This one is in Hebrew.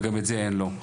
וגם את זה אין לו.